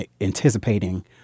anticipating